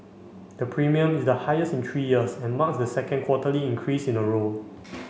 the premium is the highest in three years and marks the second quarterly increase in a row